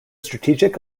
strategic